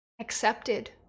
Accepted